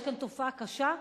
יש כאן תופעה קשה,